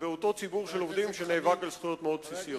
באותו ציבור של עובדים שנאבק על זכויות מאוד בסיסיות.